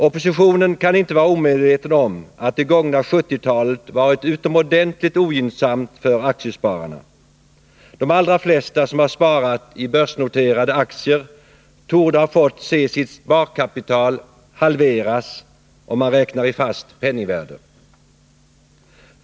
Oppositionen kan inte vara omedveten om att det gångna 1970-talet varit utomordentligt ogynnsamt för aktiespararna. De allra flesta som har sparat i börsnoterade aktier torde ha fått se sitt sparkapital halveras, om man räknar i fast penningvärde.